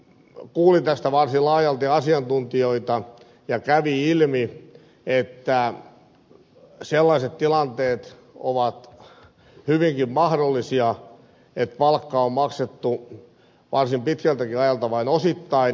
valiokunta kuuli tästä varsin laajalti asiantuntijoita ja kävi ilmi että sellaiset tilanteet ovat hyvinkin mahdollisia että palkka on maksettu varsin pitkältäkin ajalta vain osittain